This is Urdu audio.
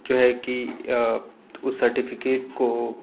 جو ہے کہ اس سرٹیفکیٹ کو